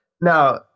Now